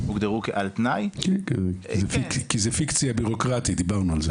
כי זה פיקציה בירוקרטית, דיברנו על זה.